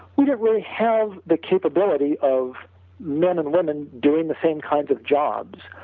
we don't really have the capability of men and women doing the same kind of jobs,